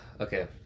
okay